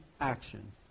action